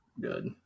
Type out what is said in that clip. good